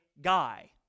guy